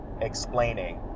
explaining